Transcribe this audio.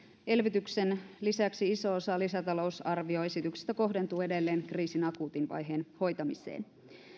elvytyksen lisäksi iso osa lisätalousarvioesityksestä kohdentuu edelleen kriisin akuutin vaiheen hoitamiseen